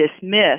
dismissed